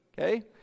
Okay